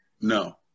No